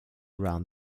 around